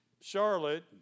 Charlotte